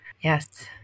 Yes